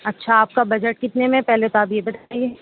اچھا آپ کا بجٹ کتنے میں پہلے تو آپ یہ بتائیے